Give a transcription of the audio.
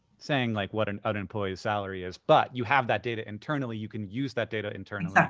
saying, like, what an an employee's salary is. but you have that data internally. you can use that data internally. yeah